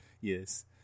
Yes